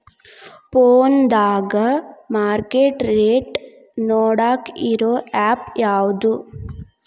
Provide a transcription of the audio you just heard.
ಫೋನದಾಗ market rate ನೋಡಾಕ್ ಇರು ಆ್ಯಪ್ ಯಾವದು?